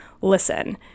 listen